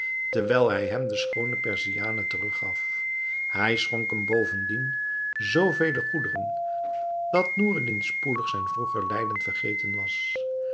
terwijl hij hem de schoone perziane terug gaf hij schonk hem bovendien zoo vele goederen dat noureddin spoedig zijn vroeger lijden vergeten was